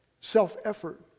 self-effort